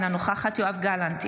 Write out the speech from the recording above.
אינה נוכחת יואב גלנט,